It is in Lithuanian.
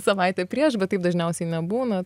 savaitė prieš bet taip dažniausiai nebūna